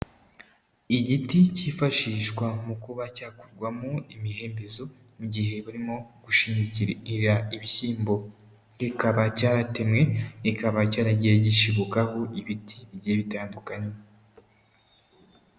Igiti cyifashishwa mu kuba cyakurwamo imihembezo, igihe barimo gushingikirira ibishyimbo, kikaba cyaratemwe, kikaba cyaragiye gishibukaho ibiti bigiye bitandukanye.